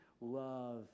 love